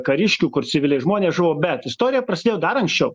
kariškių kur civiliai žmonės žuvo bet istorija prasidėjo dar anksčiau